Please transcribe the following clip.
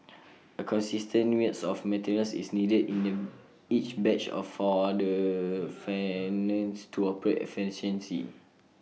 A consistent mix of materials is needed in each batch for the furnace to operate efficiently